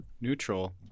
Neutral